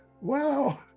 wow